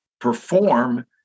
perform